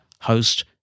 host